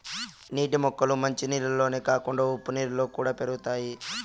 నీటి మొక్కలు మంచి నీళ్ళల్లోనే కాకుండా ఉప్పు నీళ్ళలో కూడా పెరుగుతాయి